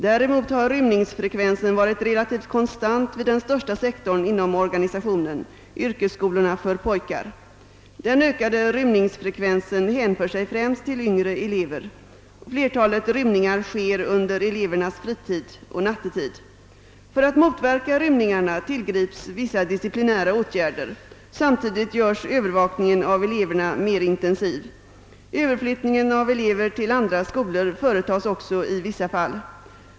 Däremot har rymningsfrekvensen varit relativt konstant vid den största sektorn inom organisationen, yrkesskolorna för pojkar. Den ökade rymningsfrekvensen hänför sig främst till yngre elever. Flertalet rymningar sker under elevernas fritid och nattetid. För att motverka rymningarna tillgrips vissa disciplinära åtgärder. Samtidigt görs övervakningen av eleverna mer intensiv. Överflyttning av elever till andra skolor företas också i vissa fall.